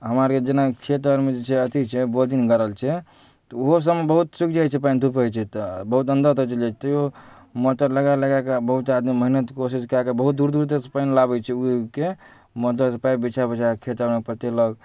हमरा आओरके जेना खेत आओरमे जे छै अथी छै बोरिङ्ग गाड़ल छै तऽ ओहोसबमे बहुत सुखि जाइ छै पानि धूप होइ छै तऽ बहुत अन्दर तक चलि जाइ छै तैओ मोटर लगा लगाकऽ बहुत आदमी मेहनति कोशिश कऽ कऽ बहुत दूर दूरसँ पानि लाबै छै उघि उघिकऽ मोटरसँ पाइप बिछा बिछाकऽ खेत आओरमे पटेलक